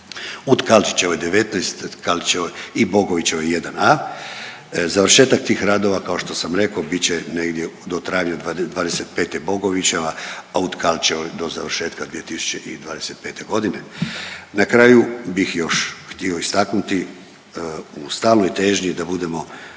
u Tkalčićevoj 19, Tkalčićevoj i Bogovićevoj 1a. Završetak tih radova, kao što sam rekao bit će negdje, do travnja '25. Bogovićeva, a u Tkalčićevoj do završetka 2025. g. Na kraju bih još htio istaknuti u stalnoj težnji da budemo